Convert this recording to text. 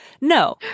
No